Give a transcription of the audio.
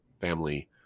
family